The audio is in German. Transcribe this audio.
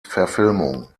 verfilmung